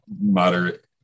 moderate